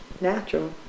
natural